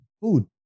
food